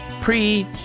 pre